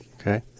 Okay